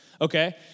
Okay